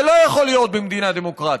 זה לא יכול להיות במדינה דמוקרטית.